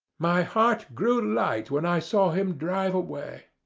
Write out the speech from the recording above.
my heart grew light when i saw him drive away.